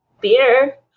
beer